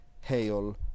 hail